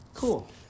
Cool